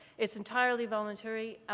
it's entirely voluntary.